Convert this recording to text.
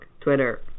Twitter